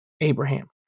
Abraham